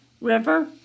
River